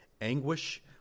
anguish